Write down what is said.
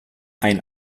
ein